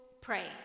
pray